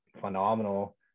phenomenal